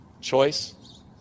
choice